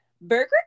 Burger